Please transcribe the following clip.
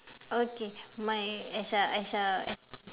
okay my as a as a as